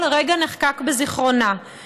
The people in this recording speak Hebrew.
כל רגע נחקק בזיכרונה,